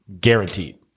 Guaranteed